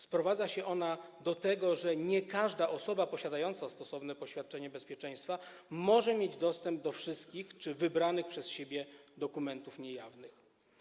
Sprowadza się ona do tego, że nie każda osoba posiadająca stosowne poświadczenie bezpieczeństwa może mieć dostęp do wszystkich czy wybranych przez siebie dokumentów niejawnych.